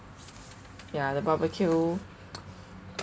ya the barbecue